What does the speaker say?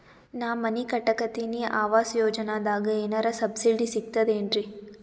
ನಾ ಮನಿ ಕಟಕತಿನಿ ಆವಾಸ್ ಯೋಜನದಾಗ ಏನರ ಸಬ್ಸಿಡಿ ಸಿಗ್ತದೇನ್ರಿ?